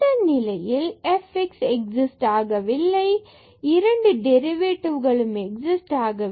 இந்த நிலையில் f x exist ஆகவில்லை இரண்டு டெரிவேடிவ்களும் எக்ஸிஸ்ட் ஆகவில்லை